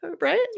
right